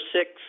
six